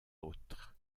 autres